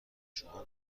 شما